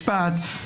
הסתמך על סעיף קטן (ב),